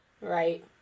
Right